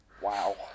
wow